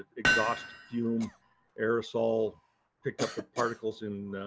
exhaust fume aerosol picked up the particles in